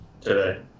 today